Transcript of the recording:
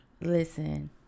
listen